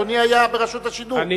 אדוני היה ברשות השידור,